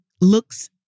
looks